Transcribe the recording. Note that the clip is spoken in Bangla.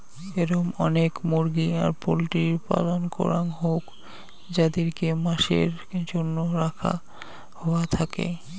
এরম অনেক মুরগি আর পোল্ট্রির পালন করাং হউক যাদিরকে মাসের জন্য রাখা হওয়া থাকেঙ